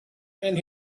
and